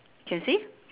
can see